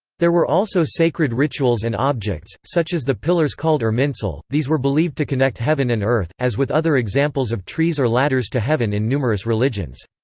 there were also sacred rituals and objects, such as the pillars called irminsul these were believed to connect heaven and earth, as with other examples of trees or ladders to heaven in numerous religions.